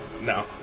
no